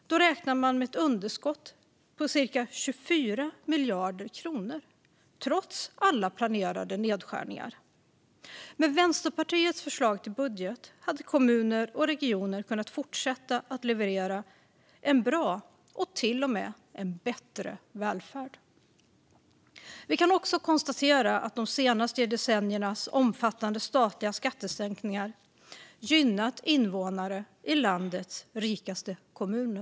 Då räknar man med underskott på cirka 24 miljarder kronor trots alla planerade nedskärningar. Med Vänsterpartiets förslag till budget hade kommuner och regioner kunnat fortsätta att leverera en bra, och till och med bättre, välfärd. Vi kan också konstatera att de senaste decenniernas omfattande statliga skattesänkningar har gynnat invånare i landets rikaste kommuner.